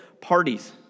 parties